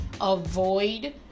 avoid